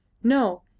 no!